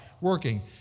working